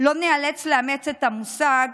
לא ניאלץ לאמץ את המושג